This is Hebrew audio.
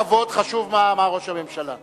חשוב מה אמר ראש הממשלה.